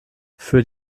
für